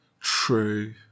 True